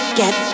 get